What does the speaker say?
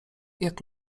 jak